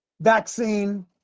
vaccine